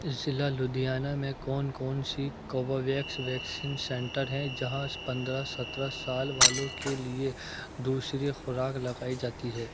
ضلع لدھیانہ میں کون کون سی کوووویکس ویکسین سنٹر ہے جہاں پندرہ سترہ سال والوں کے لیے دوسری خوراک لگائی جاتی ہے